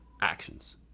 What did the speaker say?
actions